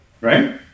right